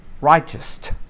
righteous